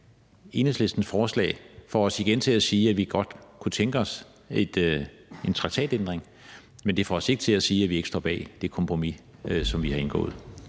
Enhedslistens forslag får os igen til at sige, at vi godt kunne tænke os en traktatændring, men det får os ikke til at sige, at vi ikke står bag det kompromis, som vi har indgået.